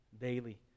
daily